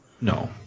No